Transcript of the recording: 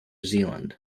zealand